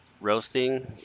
roasting